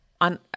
on